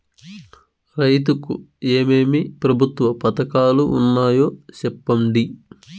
రైతుకు ఏమేమి ప్రభుత్వ పథకాలు ఉన్నాయో సెప్పండి?